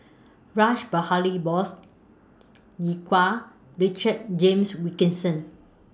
Rash Behari Bose Iqbal Richard James Wilkinson